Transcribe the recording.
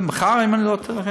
מחר אם אני לא טועה,